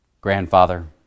grandfather